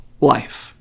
life